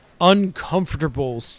uncomfortable